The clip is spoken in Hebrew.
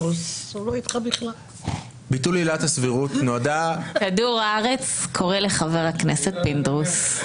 --- כדור הארץ קורא לחבר הכנסת פינדרוס.